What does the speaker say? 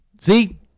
See